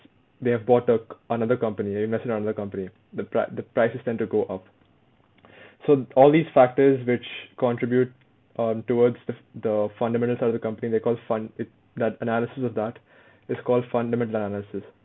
they have bought a c~ another company they invested in another company the pri~ the prices tend to go up so all these factors which contribute um towards the the fundamental side of the company they call fund it that analysis of that it's called fundamental analysis